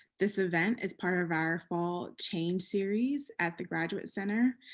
this event is part of our fall change series at the graduate center,